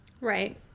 Right